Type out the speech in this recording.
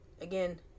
Again